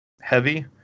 heavy